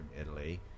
Italy